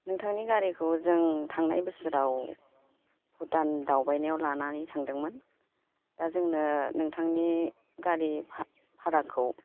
नोंथांनि गारिखौ जों थांनाय बोसोराव भुटान दावबायनायाव लानानै थांदोंमोन दा जोंनो नोंथांनि गारि भाराखौ